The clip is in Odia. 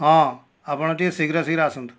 ହଁ ଆପଣ ଟିକେ ଶୀଘ୍ର ଶୀଘ୍ର ଆସନ୍ତୁ